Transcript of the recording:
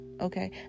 okay